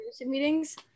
meetings